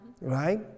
Right